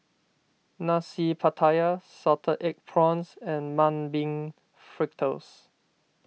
Nasi Pattaya Salted Egg Prawns and Mung Bean Fritters